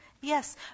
Yes